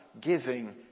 giving